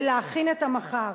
ולהכין את המחר.